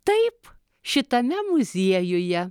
taip šitame muziejuje